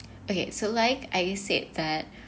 okay so like I said that